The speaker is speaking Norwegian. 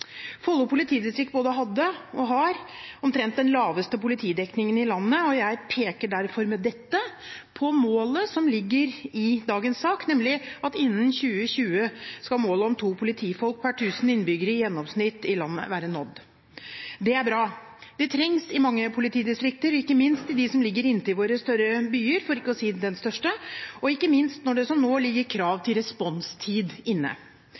politidistrikt både hadde og har omtrent den laveste politidekningen i landet, og jeg peker derfor med dette på målet som ligger i dagens sak, nemlig at innen 2020 skal målet om to politifolk per tusen innbyggere i gjennomsnitt i landet være nådd. Det er bra. Det trengs i mange politidistrikter, ikke minst i de som ligger inntil våre større byer – for ikke å si den største – og ikke minst når det som nå ligger krav til responstid inne.